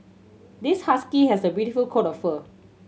this husky has a beautiful coat of fur